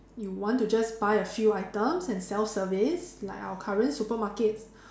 you want to just buy a few items and self service like our current supermarkets